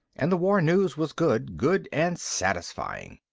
and the war news was good, good and satisfying.